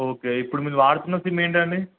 okay ఇప్పుడు మీరు వాడుతున్న సిమ్ ఏంటండీ